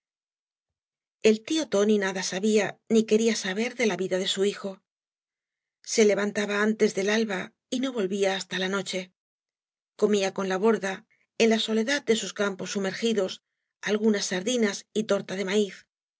el tío tóni nada sabia ni quería saber de la vida de su hijo se levantaba antes del alba y no volvía hasta la noche comía con la borda en la soledad de sus campos eumergidos algunas sardi ñas y torta de maíz